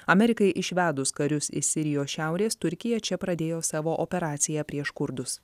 amerikai išvedus karius iš sirijos šiaurės turkija čia pradėjo savo operaciją prieš kurdus